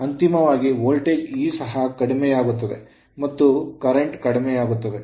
ಅಂತಿಮವಾಗಿ voltage E ಸಹ ಕಡಿಮೆಯಾಗುತ್ತದೆ ಮತ್ತು ಪ್ರವಾಹವೂ ಕಡಿಮೆಯಾಗುತ್ತದೆ